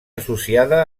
associada